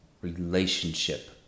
relationship